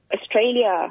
Australia